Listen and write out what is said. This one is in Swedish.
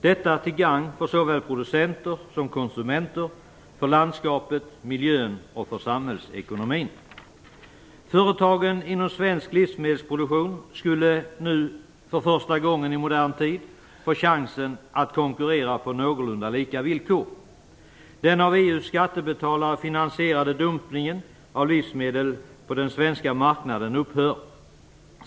Detta är till gagn för såväl producenter som konsumenter, landskapet, miljön och samhällsekonomin. Företagen inom svensk livsmedelsproduktion skulle nu för första gången i modern tid få chansen att konkurrera på någorlunda lika villkor. Den av EU:s skattebetalare finansierade dumpningen av livsmedel på den svenska marknaden upphör.